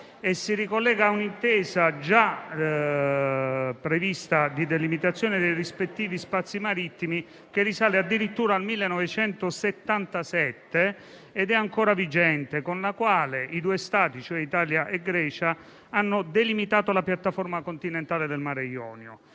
si ricollega a un'intesa, già prevista, di delimitazione dei rispettivi spazi marittimi, che risale addirittura al 1977 e che è ancora vigente, con la quale i due Stati, Italia e Grecia, hanno delimitato la piattaforma continentale del Mar Ionio.